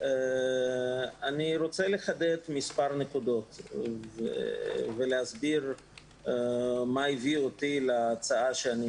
אני רוצה לחדד מספר נקודות ולהסביר מה הביא אותי להצעה.